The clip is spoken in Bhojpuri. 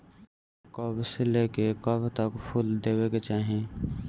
कब से लेके कब तक फुल देवे के चाही?